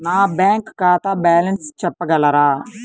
నా బ్యాంక్ ఖాతా బ్యాలెన్స్ చెప్పగలరా?